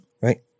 Right